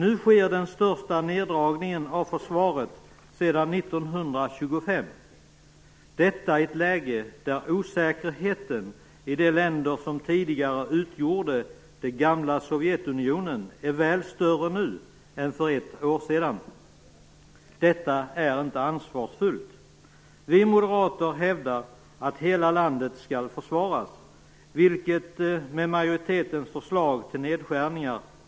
Nu sker den största neddragningen av försvaret sedan 1925, detta i ett läge när osäkerheten i de länder som tidigare utgjorde det gamla Sovjetunionen är större än för ett år sedan. Detta är inte ansvarsfullt. Vi moderater hävdar att hela landet skall försvaras, vilket blir allt svårare med majoritetens förslag till nedskärningar.